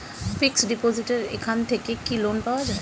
Fix ডিপোজিটের এখান থেকে কি লোন পাওয়া যায়?